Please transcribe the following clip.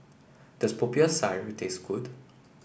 does Popiah Sayur taste good